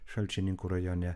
šalčininkų rajone